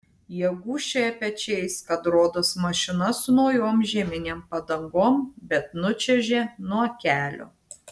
jie gūžčioja pečiais kad rodos mašina su naujom žieminėm padangom bet nučiuožė nuo kelio